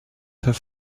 have